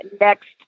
next